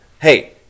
Hey